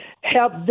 help